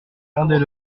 rendait